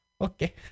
Okay